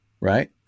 right